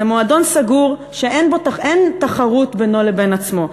זה מועדון סגור שאין תחרות בינו לבין עצמו.